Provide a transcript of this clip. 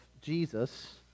Jesus